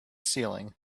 ceiling